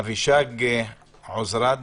אבישג עוזרד,